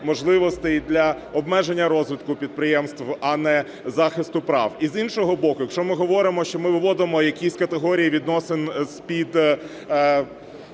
можливостей для обмеження розвитку підприємств, а не захисту прав. І, з іншого боку, якщо ми говоримо, що ми виводимо якісь категорії відносин з-під